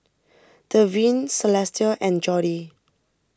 Devyn Celestia and Jordy